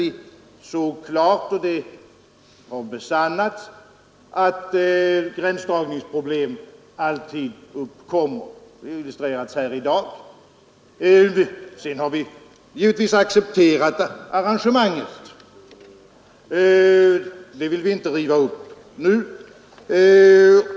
Vi såg klart — och det har besannats — att gränsdragningsproblem skulle uppkomma. Det har bl.a. illustrerats här i dag. Sedan dess har vi givetvis accepterat det prioriteringsarrangemang som genomförts. Det vill vi inte riva upp nu.